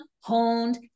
honed